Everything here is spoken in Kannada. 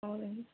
ಹೌದೇನು